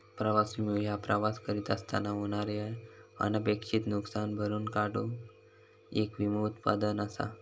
प्रवास विमो ह्यो प्रवास करीत असताना होणारे अनपेक्षित नुसकान भरून काढूक येक विमो उत्पादन असा